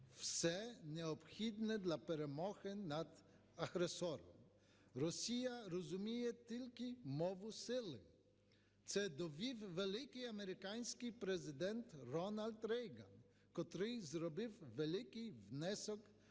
все необхідне для перемоги над агресором. Росія розуміє тільки мову сили, це довів великий американський президент Рональд Рейган, який зробив великий внесок